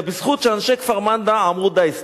אלא בזכות זה שאנשי כפר-מנדא אמרו: די,